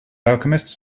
alchemists